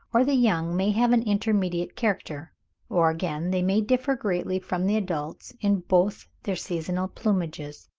or the young may have an intermediate character or, again, they may differ greatly from the adults in both their seasonal plumages.